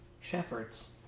shepherds